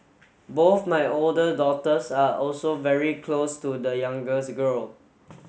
both my older daughters are also very close to the youngest girl